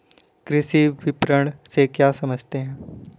कृषि विपणन से क्या समझते हैं?